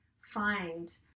find